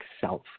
self